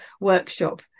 workshop